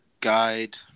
guide